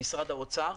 משרד האוצר.